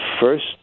first